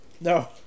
No